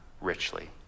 richly